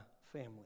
family